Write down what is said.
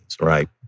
Right